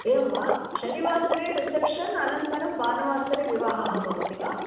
एवं वा शनिवासरे रिसेप्शन् अनन्तरं भानुवासरे विवाहः भवति वा